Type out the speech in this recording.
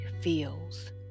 feels